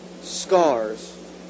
scars